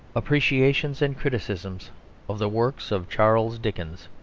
appreciations and criticisms of the works of charles dickens,